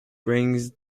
brings